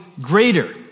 greater